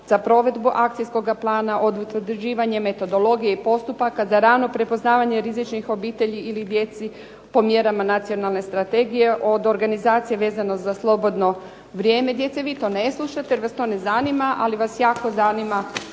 za provedbu akcijskoga plana, od utvrđivanje metodologije i postupaka za rano prepoznavanje rizičnih obitelji ili djece, po mjerama nacionalne strategije. Od organizacije, vezano za slobodno vrijeme djece. Vi to ne slušate jer vas to ne zanima, ali vas jako zanima